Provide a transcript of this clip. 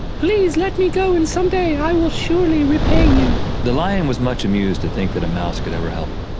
please me go and some day i will surely repay you. the lion was much amused to think that a mouse could ever help him.